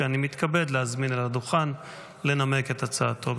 שאני מתכבד להזמין אל הדוכן לנמק את הצעתו.